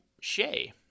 shay